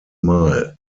mal